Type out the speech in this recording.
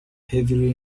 heavily